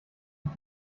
ich